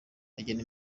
agena